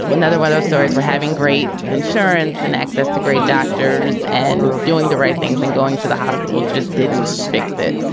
another way, those stories were having great insurance and access to great doctors and doing the right things and going to the hospital just didn't fix it.